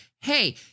hey